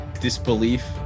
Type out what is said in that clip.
disbelief